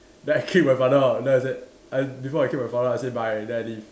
then I kick my father out then I said I before I kick my father out I said bye then I leave